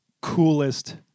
coolest